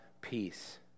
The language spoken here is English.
peace